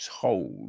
told